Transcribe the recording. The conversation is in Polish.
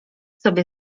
sobie